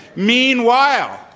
meanwhile,